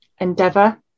endeavour